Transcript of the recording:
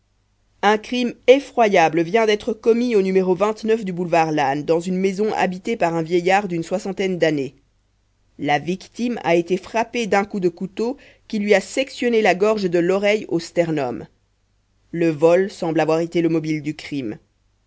un crime effroyable vient d'être commis au numéro du boulevard lannes dans une maison habitée par un vieillard d'une soixantaine d'années la victime a été frappée d'un coup de couteau qui lui a sectionné la gorge de l'oreille au sternum le vol semble avoir été le mobile du crime